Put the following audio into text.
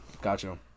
gotcha